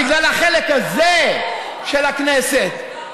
בגלל החלק הזה של הכנסת.